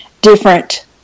different